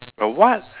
a what